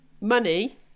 money